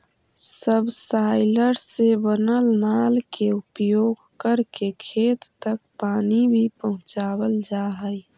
subsoiler से बनल नाल के उपयोग करके खेत तक पानी भी पहुँचावल जा हई